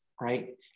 right